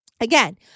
Again